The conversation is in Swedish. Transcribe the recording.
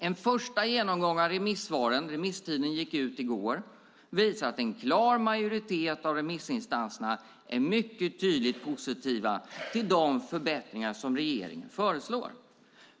En första genomgång av remissvaren - remisstiden gick ut i går - visar att en klar majoritet av remissinstanserna är mycket tydligt positiva till de förbättringar som regeringen föreslår.